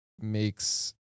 makes